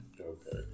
Okay